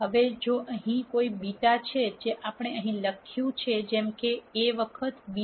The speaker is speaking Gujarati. હવે જો અહીં કોઈ β છે જે આપણે અહીં લખ્યું છે જેમ કે a વખત β 0